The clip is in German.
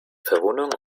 verwundung